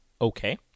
Okay